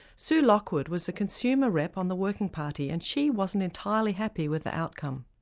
sue lockwood was the consumer rep on the working party and she wasn't entirely happy with the outcome.